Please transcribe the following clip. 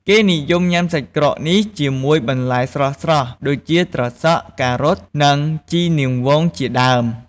គេនិយមញ៉ាំសាច់ក្រកនេះជាមួយ បន្លែស្រស់ៗ ដូចជាត្រសក់ ការ៉ុត និងជីនាងវងជាដើម។